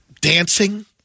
dancing